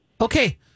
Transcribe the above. Okay